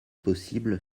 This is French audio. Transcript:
possible